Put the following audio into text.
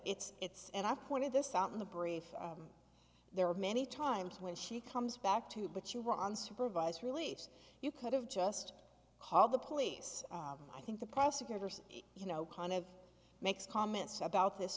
it's it's and i pointed this out in the brief there are many times when she comes back to you but you were on supervised release you could have just called the police i think the prosecutors you know kind of makes comments about this